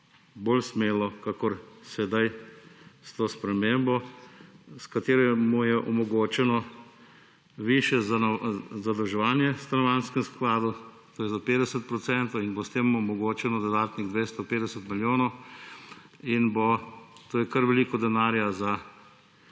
bolj smelo, kakor sedaj s to spremembo, s katero je omogočeno višje zadolževanje Stanovanjskemu skladu, to je za 50 procentov. S tem bo omogočeno dodatnih 250 milijonov, to je kar veliko denarja za